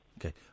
Okay